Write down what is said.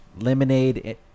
lemonade